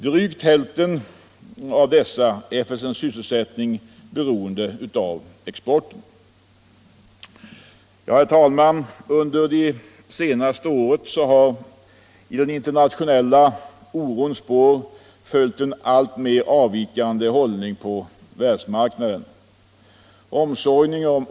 Drygt hälften av dessa är för sin sysselsättning beroende av exporten. Herr talman! Under det senaste året har i den internationella orons spår följt en alltmer avvikande hållning på världsmarknaden.